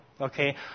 Okay